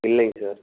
இல்லைங்க சார்